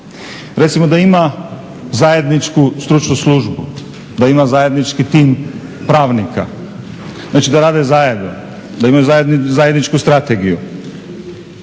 recimo da ima zajedničku stručnu službu, da ima zajednički tim pravnika, znači da rade zajedno, da imaju zajedničku strategiju.